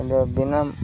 ହେଲେ ବିନା